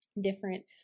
different